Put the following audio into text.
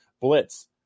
blitz